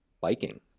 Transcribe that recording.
biking